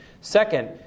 Second